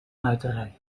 muiterij